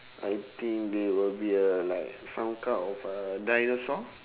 I think they would be uh like some kind of uh dinosaur